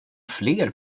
fler